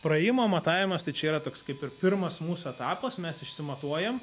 praėjimo matavimas tai čia yra toks kaip ir pirmas mūsų etapas mes išsimatuojam